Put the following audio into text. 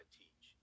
teach